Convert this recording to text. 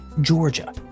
Georgia